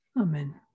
Amen